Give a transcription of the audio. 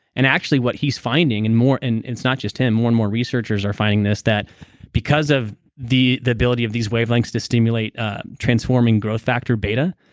and actually, what he's finding, and and it's not just him, more and more researchers are finding this, that because of the the ability of these wavelengths to stimulate transforming growth factor beta,